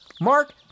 Mark